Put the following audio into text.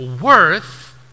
worth